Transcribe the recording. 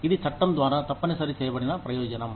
ఇది చట్టం ద్వారా తప్పనిసరి చేయబడిన ప్రయోజనం